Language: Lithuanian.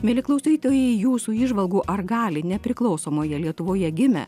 mieli klausytojai jūsų įžvalgų ar gali nepriklausomoje lietuvoje gimę